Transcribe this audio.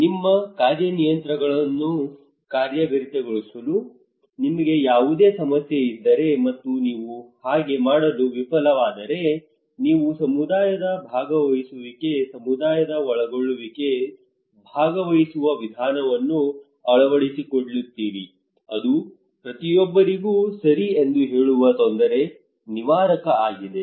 ನಿಮ್ಮ ಕಾರ್ಯತಂತ್ರಗಳನ್ನು ಕಾರ್ಯಗತಗೊಳಿಸಲು ನಿಮಗೆ ಯಾವುದೇ ಸಮಸ್ಯೆಯಿದ್ದರೆ ಮತ್ತು ನೀವು ಹಾಗೆ ಮಾಡಲು ವಿಫಲವಾದರೆ ನೀವು ಸಮುದಾಯದ ಭಾಗವಹಿಸುವಿಕೆ ಸಮುದಾಯದ ಒಳಗೊಳ್ಳುವಿಕೆ ಭಾಗವಹಿಸುವ ವಿಧಾನವನ್ನು ಅಳವಡಿಸಿಕೊಳ್ಳುತ್ತೀರಿ ಅದು ಪ್ರತಿಯೊಬ್ಬರಿಗೂ ಸರಿ ಎಂದು ಹೇಳುವ ತೊಂದರೆ ನಿವಾರಕ ಆಗಿದೆ